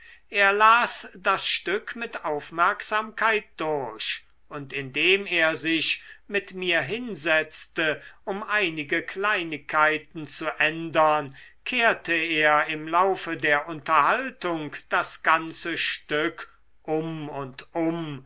er las das stück mit aufmerksamkeit durch und indem er sich mit mir hinsetzte um einige kleinigkeiten zu ändern kehrte er im laufe der unterhaltung das ganze stück um und um